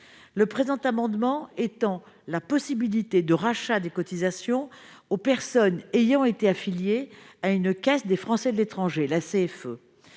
Le présent amendement vise à étendre la possibilité de rachat des cotisations aux personnes ayant été affiliées à la Caisse des Français de l'étranger (CFE).